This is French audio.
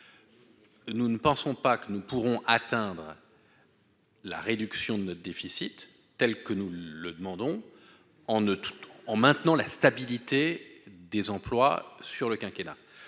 nous ne pensons pas que nous pourrons atteindre la réduction de notre déficit telle que nous le demandons en ne tout en maintenant la stabilité des emplois sur le quinquennat